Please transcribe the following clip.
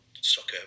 soccer